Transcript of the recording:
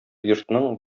йортның